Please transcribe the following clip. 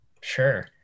Sure